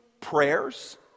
prayers